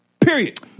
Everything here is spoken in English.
Period